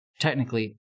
technically